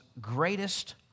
greatest